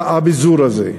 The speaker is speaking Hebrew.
אני בעד הביזור הזה,